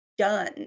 Done